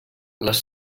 les